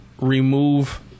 remove